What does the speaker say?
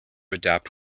adapt